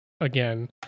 again